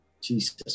Jesus